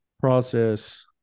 process